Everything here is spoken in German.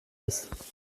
ist